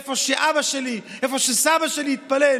איפה שאבא שלי ואיפה שסבא שלי התפללו.